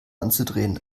anzudrehen